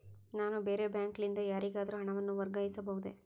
ನಾನು ಬೇರೆ ಬ್ಯಾಂಕ್ ಲಿಂದ ಯಾರಿಗಾದರೂ ಹಣವನ್ನು ವರ್ಗಾಯಿಸಬಹುದೇ?